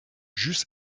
ĵus